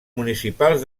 municipals